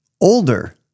older